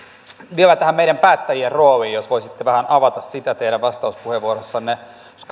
vielä tähän meidän päättäjien rooliin jos voisitte vähän avata sitä teidän vastauspuheenvuorossanne koska